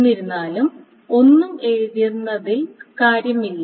എന്നിരുന്നാലും ഒന്നും എഴുതുന്നതിൽ കാര്യമില്ല